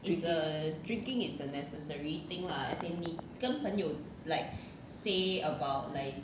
drinking